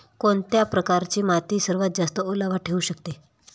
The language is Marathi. कोणत्या प्रकारची माती सर्वात जास्त ओलावा ठेवू शकते?